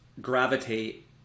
gravitate